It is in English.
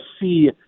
see